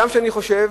הגם שאני חושב,